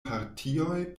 partioj